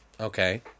Okay